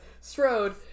Strode